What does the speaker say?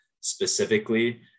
specifically